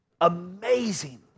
amazing